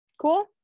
Cool